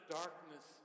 darkness